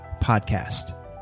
PODCAST